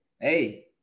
Hey